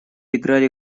играли